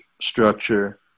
structure